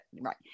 right